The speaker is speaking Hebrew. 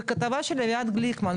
בכתבה של אביעד גליקמן,